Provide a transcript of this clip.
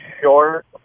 Short